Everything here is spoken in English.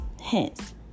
Hence